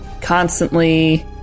Constantly